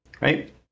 right